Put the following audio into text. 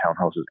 townhouses